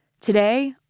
Today